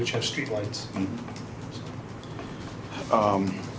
which have street lights and